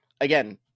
again